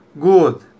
Good